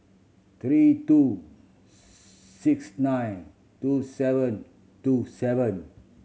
three two six nine two seven two seven